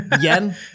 yen